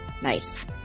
nice